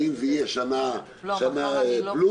האם זה יהיה שנה פלוס.